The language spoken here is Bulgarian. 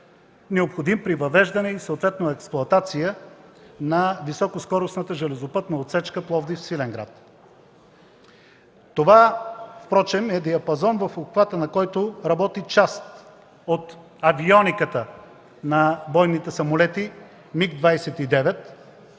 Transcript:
необходим при въвеждане, съответно експлоатация, на високоскоростната железопътна отсечка Пловдив – Свиленград. Това между другото е диапазон, в обхвата на който работи част от авиониката на бойните самолети „МиГ 29”